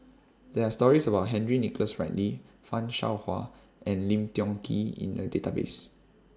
There Are stories about Henry Nicholas Ridley fan Shao Hua and Lim Tiong Ghee in The Database